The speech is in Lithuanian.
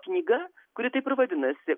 knyga kuri taip ir vadinasi